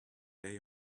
day